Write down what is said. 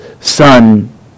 son